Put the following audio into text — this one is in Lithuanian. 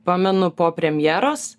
pamenu po premjeros